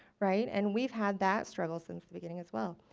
right and we've had that struggle since the beginning as well.